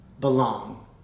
belong